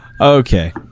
okay